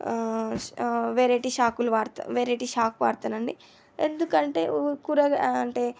variety చాకులు వాడతా variety చాకు వాడతానండి ఎందుకంటే కూరగా అంటే